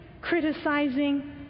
criticizing